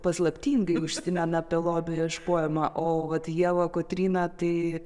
paslaptingai užsimena apie lobių ieškojimą o vat ieva kotryna tai